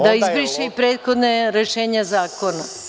Da izbriše i prethodna rešenja zakona?